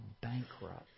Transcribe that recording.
bankrupt